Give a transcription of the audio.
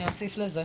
אני אוסיף לזה.